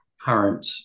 current